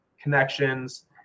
connections